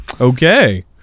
okay